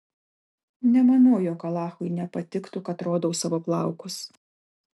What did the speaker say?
nemanau jog alachui nepatiktų kad rodau savo plaukus